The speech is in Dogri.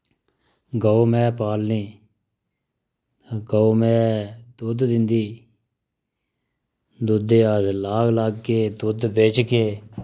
गौ मैंह् पालने तें गौ मैह् दुध्द दिंदी दुध्दे अस लाग लाग्गे दुध्द बेचगे